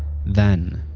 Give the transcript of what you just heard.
then,